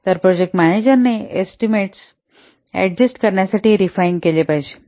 तर प्रोजेक्ट मॅनेजराने estimates adjust करण्यासाठी रेफाईन केले पाहिजे